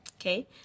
okay